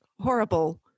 horrible